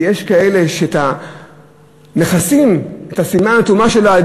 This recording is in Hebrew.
יש כאלה שמכסים את סימן הטומאה שלהם